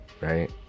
right